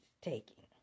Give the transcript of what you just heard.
taking